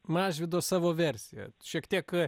mažvydo savo versiją šiek tiek